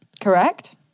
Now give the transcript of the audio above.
Correct